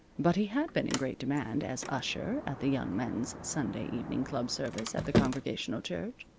but he had been in great demand as usher at the young men's sunday evening club service at the congregational church,